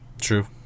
True